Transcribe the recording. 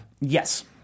yes